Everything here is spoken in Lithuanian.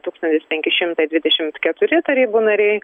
tūkstantis penki šimtai dvidešimt keturi tarybų nariai